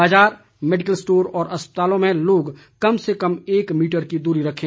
बाजार medical store और अस्पतालों में लोग कम से कम एक मीटर की दूरी रखें